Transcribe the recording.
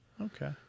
Okay